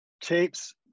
tapes